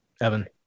Evan